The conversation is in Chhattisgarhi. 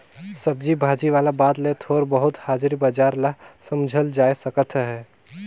सब्जी भाजी वाला बात ले थोर बहुत हाजरी बजार ल समुझल जाए सकत अहे